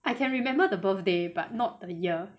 I can remember the birthday but not the year